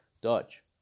Dodge